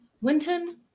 Winton